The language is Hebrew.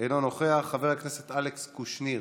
אינו נוכח, חבר הכנסת אלכס קושניר,